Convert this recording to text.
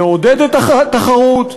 נעודד את התחרות,